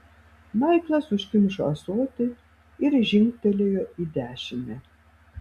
maiklas užkimšo ąsotį ir žingtelėjo į dešinę